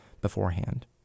beforehand